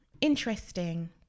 Interesting